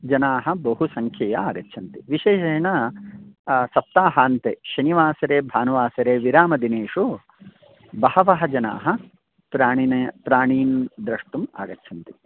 जनाः बहुसङ्ख्यया आगच्छन्ति विशेषेण सप्ताहान्ते शनिवासरे भानुवासरे विरामदिनेषु बहवः जनाः प्राणिनं प्राणीन् द्रष्टुम् आगच्छन्ति